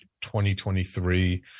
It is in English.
2023